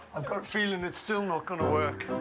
a but feeling it's still not going to work.